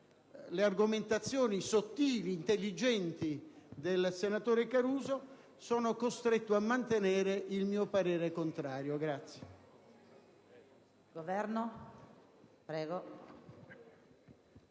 le argomentazioni sottili, intelligenti del senatore Caruso, sono costretto a mantenere il mio parere contrario.